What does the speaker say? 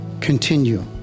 Continue